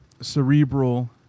cerebral